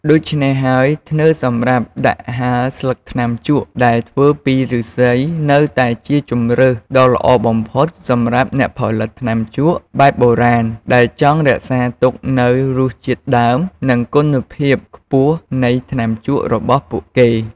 ដូច្នេះហើយ ធ្នើរសម្រាប់ដាក់ហាលស្លឹកថ្នាំជក់ដែលធ្វើពីឬស្សី នៅតែជាជម្រើសដ៏ល្អបំផុតសម្រាប់អ្នកផលិតថ្នាំជក់បែបបុរាណ ដែលចង់រក្សាទុកនូវរសជាតិដើម និងគុណភាពខ្ពស់នៃថ្នាំជក់របស់ពួកគេ។